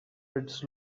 its